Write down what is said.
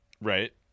Right